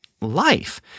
life